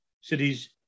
cities